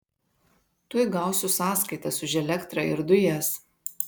tuoj gausiu sąskaitas už elektrą ir dujas